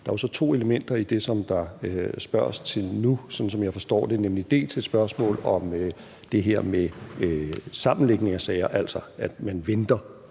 Det er jo så to elementer i det, som der spørges til nu, sådan som jeg forstår det, nemlig dels et spørgsmål om det her med sammenlægningen af sager, altså at man venter,